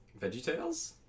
VeggieTales